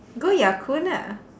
go Ya Kun ah